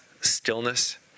stillness